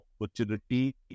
opportunity